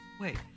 Wait